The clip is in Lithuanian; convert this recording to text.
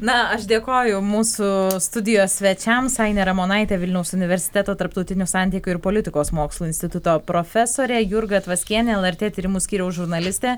na aš dėkoju mūsų studijos svečiams ainė ramonaitė vilniaus universiteto tarptautinių santykių ir politikos mokslų instituto profesorė jurga tvaskienė lrt tyrimų skyriaus žurnalistė